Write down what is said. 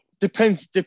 Depends